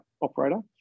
operator